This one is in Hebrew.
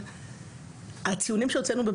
ורצינו למנוע את הנשירה של